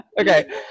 okay